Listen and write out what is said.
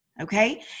Okay